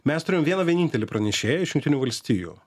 mes turėjom vieną vienintelį pranešėją iš jungtinių valstijų